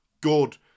good